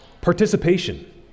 participation